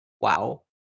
Wow